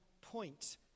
point